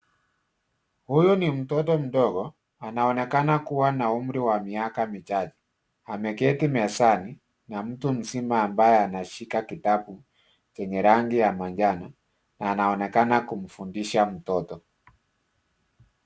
Huyu ni mtoto mdogo, anaonekana kuwa na umri wa miaka michache. Ameketi mezani na mtu mzima ambaye anashika kitabu chenye rangi ya majano anaonekana kumfundisha mtoto.